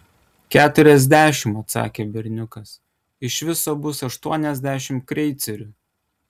keturiasdešimt atsakė berniukas iš viso bus aštuoniasdešimt kreicerių